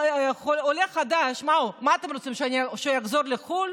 עולה חדש, מה אתם רוצים, שיחזור לחו"ל?